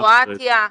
אחד מקרואטיה,